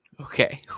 Okay